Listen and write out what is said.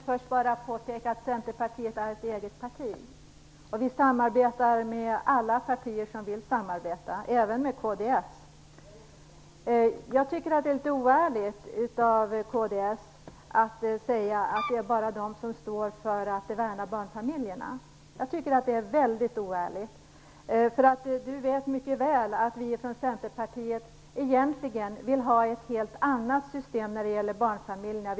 Herr talman! Centerpartiet är ett eget parti. Vi samarbetar med alla partier som vill samarbeta, således även med kds. Jag tycker att det är mycket oärligt av kds att säga att bara de värnar barnfamiljerna. Ulf Björklund vet mycket väl att vi i Centerpartiet egentligen vill ha ett helt annat system för barnfamiljerna.